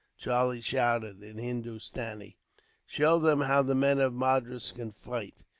charlie shouted, in hindostanee show them how the men of madras can fight.